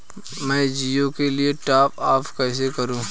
मैं जिओ के लिए टॉप अप कैसे करूँ?